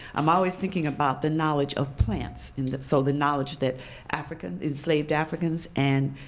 i'm always thinking about the knowledge of plants in that so the knowledge that african, enslaved africans, and,